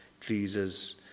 Jesus